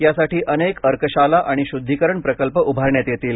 यासाठी अनेक अर्कशाला आणि शुद्धिकरण प्रकल्प उभारण्यात येतील